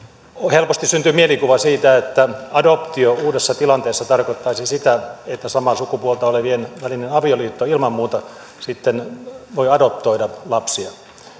helposti syntyy mielikuva siitä että adoptio uudessa tilanteessa tarkoittaisi sitä että samaa sukupuolta olevien välisessä avioliitossa ilman muuta sitten voi adoptoida lapsia